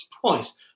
twice